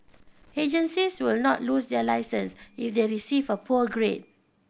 agencies will not lose their licence if they receive a poor grade